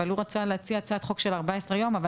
אבל הוא רצה להציע הצעת חוק של 14 יום אבל